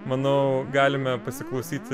manau galime pasiklausyti